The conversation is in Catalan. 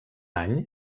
any